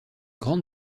grande